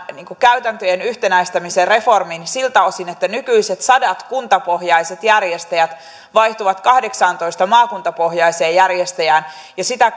käytäntöjen yhtenäistämisen reformin siltä osin että nykyiset sadat kuntapohjaiset järjestäjät vaihtuvat kahdeksaantoista maakuntapohjaiseen järjestäjään ja sitä